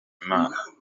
imana